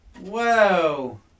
Whoa